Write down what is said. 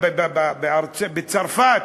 בצרפת,